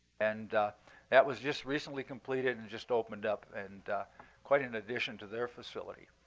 and that was just recently completed and just opened up, and quite an addition to their facility.